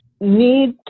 need